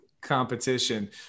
competition